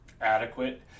adequate